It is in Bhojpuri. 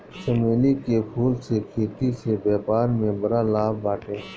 चमेली के फूल के खेती से व्यापार में बड़ा लाभ बाटे